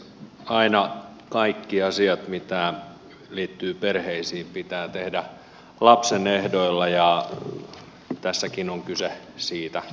aina kaikki asiat jotka liittyvät perheisiin pitää tehdä lapsen ehdoilla ja tässäkin on kyse siitä